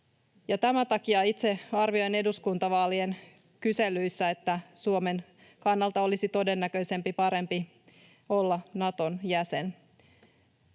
tämän takia itse arvioin eduskuntavaalien kyselyissä, että Suomen kannalta olisi todennäköisesti parempi olla Naton jäsen.